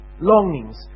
longings